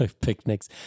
Picnics